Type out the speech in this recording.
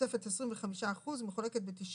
הזכאות הקיימת,